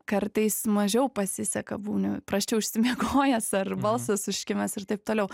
kartais mažiau pasiseka būni prasčiau išsimiegojęs ar balsas užkimęs ir taip toliau